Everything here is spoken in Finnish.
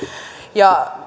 ja